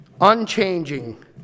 Unchanging